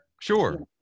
Sure